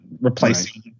replacing